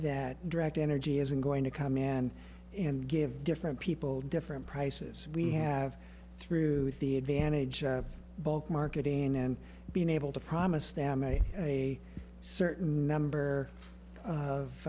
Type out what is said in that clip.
that direct energy isn't going to come in and give different people different prices we have through the advantage of bulk marketing and being able to promise them a a certain number of